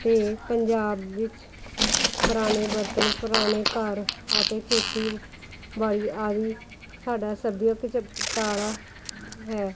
ਅਤੇ ਪੰਜਾਬ ਵਿੱਚ ਪੁਰਾਣੇ ਬਰਤਨ ਪੁਰਾਣੇ ਘਰ ਅਤੇ ਖੇਤੀਬਾੜੀ ਆਦਿ ਸਾਡਾ ਸੱਭਿਅਕ ਚ ਚਾਰਾ ਹੈ